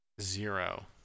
Zero